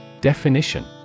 Definition